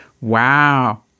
Wow